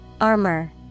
Armor